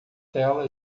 tela